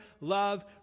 love